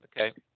okay